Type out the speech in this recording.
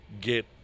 Get